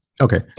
Okay